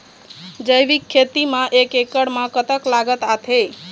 जैविक खेती म एक एकड़ म कतक लागत आथे?